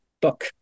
book